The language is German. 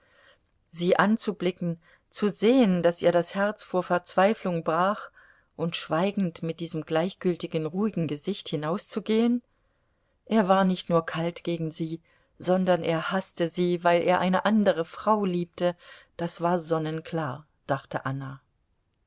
sie anzublicken zu sehen daß ihr das herz vor verzweiflung brach und schweigend mit diesem gleichmütigen ruhigen gesicht hinauszugehen er war nicht nur kalt gegen sie sondern er haßte sie weil er eine andere frau liebte das war sonnenklar dachte anna